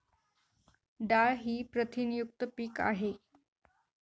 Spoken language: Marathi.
डाळ ही प्रथिनयुक्त पीक आहे